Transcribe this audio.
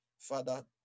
Father